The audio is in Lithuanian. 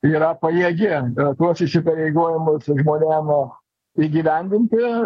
yra pajėgi tuos įpareigojimus žmonėm įgyvendinti